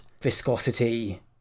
viscosity